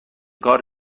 کار